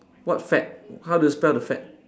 what fad how do you spell the fad